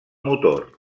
motor